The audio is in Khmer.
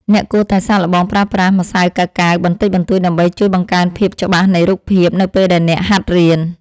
អ្នកគួរតែសាកល្បងប្រើប្រាស់ម្សៅកាកាវបន្តិចបន្តួចដើម្បីជួយបង្កើនភាពច្បាស់នៃរូបភាពនៅពេលដែលអ្នកហាត់រៀន។